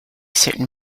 certain